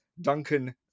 Duncan